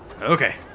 Okay